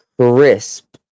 Crisp